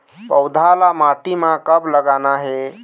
पौधा ला माटी म कब लगाना हे?